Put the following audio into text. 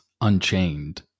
Unchained